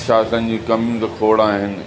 शासन जी कमियूं त खोड़ आहिनि